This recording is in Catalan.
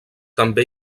també